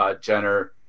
Jenner